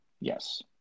Yes